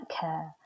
care